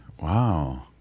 Wow